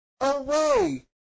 away